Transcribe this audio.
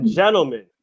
gentlemen